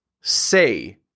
say